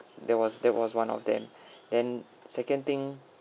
that was that was one of them then second thing